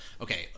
Okay